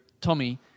Tommy